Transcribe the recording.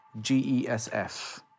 GESF